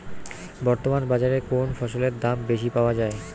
বর্তমান বাজারে কোন ফসলের দাম বেশি পাওয়া য়ায়?